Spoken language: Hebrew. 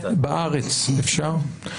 בארץ אפשר?